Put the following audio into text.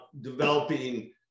developing